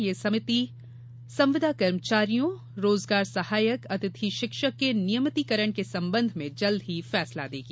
यह समिति संविदा कर्मचारियों रोजगार सहायक अतिथि शिक्षक के नियमितिकरण के संबंध में जल्द ही फैसला लेगी